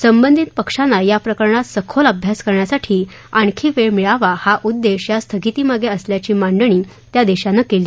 संबंधित पक्षांना या प्रकरणात सखोल अभ्यास करण्यासाठी आणखी वेळ मिळावा हा उद्देश या स्थगिती मागे असल्याची मांडणी त्या देशानं केली